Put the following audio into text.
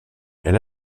elle